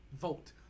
Vote